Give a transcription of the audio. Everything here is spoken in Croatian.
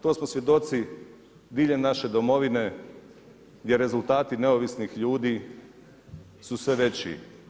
To smo svjedoci diljem naše Domovine gdje rezultati neovisnih ljudi su sve veći.